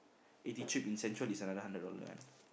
eighty trip essential is another hundred one